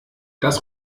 das